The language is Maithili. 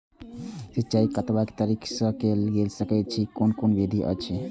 सिंचाई कतवा तरीका स के कैल सकैत छी कून कून विधि अछि?